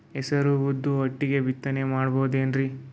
ಹೆಸರು ಉದ್ದು ಒಟ್ಟಿಗೆ ಬಿತ್ತನೆ ಮಾಡಬೋದೇನ್ರಿ?